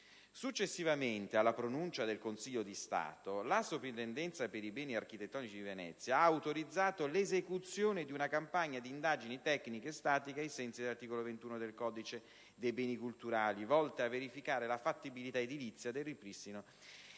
Successivamente alla pronuncia del Consiglio di Stato, la soprintendenza per i beni architettonici di Venezia ha autorizzato l'esecuzione di una campagna di indagini tecniche e statiche ai sensi dell'articolo 21 del codice dei beni culturali, volte a verificare la fattibilità edilizia del ripristino dei